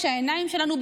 כשהעיניים שלנו,